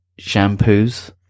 shampoos